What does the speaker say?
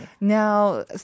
Now